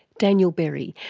daniel berry,